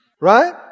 Right